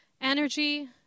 energy